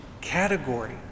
category